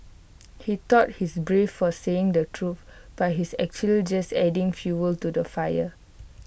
he thought he's brave for saying the truth but he's actually just adding fuel to the fire